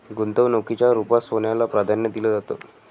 गुंतवणुकीच्या रुपात सोन्याला प्राधान्य दिलं जातं